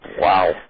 Wow